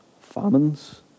famines